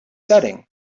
setting